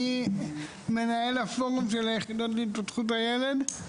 אני מנהל הפורום של היחידות להתפתחות הילד.